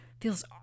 Feels